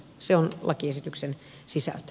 se on lakiesityksen sisältö